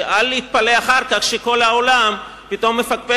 אל יתפלא אחר כך שכל העולם פתאום מפקפק